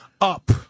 up